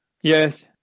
Yes